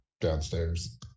downstairs